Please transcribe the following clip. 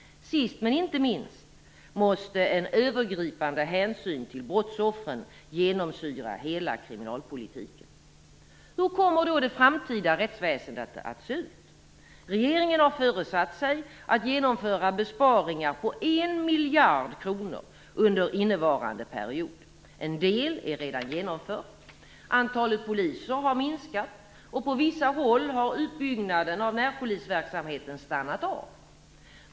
Sist men inte minst måste en övergripande hänsyn till brottsoffren genomsyra hela kriminalpolitiken. Hur kommer då det framtida rättsväsendet att se ut? Regeringen har föresatt sig att genomföra besparingar på en miljard kronor under innevarande period. En del är redan genomfört. Antalet poliser har minskat, och på vissa håll har utbyggnaden av närpolisverksamheten stannat av.